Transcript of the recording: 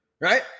Right